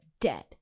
dead